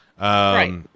Right